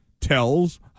tells